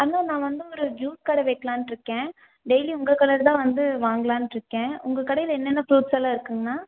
அண்ணா நான் வந்து ஒரு ஜூஸ் கடை வைக்கிலான்ட்டு இருக்கேன் டெய்லி உங்கள் கடையில்தான் வந்து வாங்கலாமென்ட்டு இருக்கேன் உங்கள் கடையில் என்னென்ன ஃபுரூட்ஸ்செல்லாம் இருக்குதுங்ண்ணா